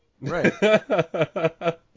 right